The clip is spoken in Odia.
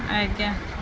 ଆଜ୍ଞା